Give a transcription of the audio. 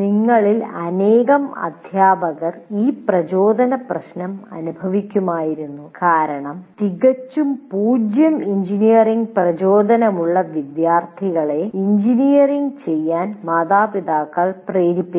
നിങ്ങളിൽ അനേകം അധ്യാപകർ ഈ പ്രചോദന പ്രശ്നം അനുഭവിക്കുമായിരുന്നു കാരണം തികച്ചും പൂജ്യം എഞ്ചിനീയറിംഗ് പ്രചോദനം ഉള്ള വിദ്യാർത്ഥികളെ എഞ്ചിനീയറിംഗ് ചെയ്യാൻ മാതാപിതാക്കൾ പ്രേരിപ്പിക്കുന്നു